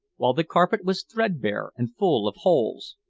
while the carpet was threadbare and full of holes.